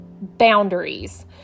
boundaries